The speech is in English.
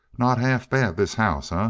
not half bad this house, ah?